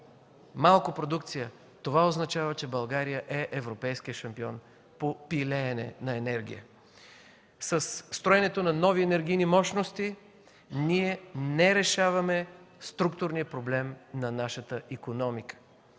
малко продукция. Това означава, че България е европейският шампион по пилеене на енергия. Със строенето на нови енергийни мощности ние не решаваме структурния проблем на нашата икономика,